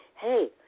hey